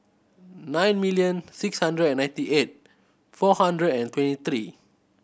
nine million six hundred and ninety eight four hundred and twenty three